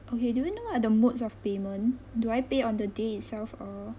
okay do you know are the modes of payment do I pay on the day itself or